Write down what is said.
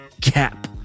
cap